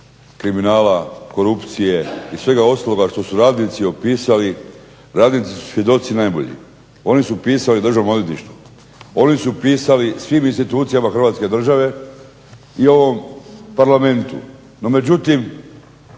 kriminala, korupcije i svega ostaloga što su radnici opisali. Radnici su svjedoci najbolji. Oni su pisali Državnom odvjetništvu, oni su pisali svim institucijama Hrvatske države i ovom Parlamentu. No međutim